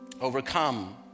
overcome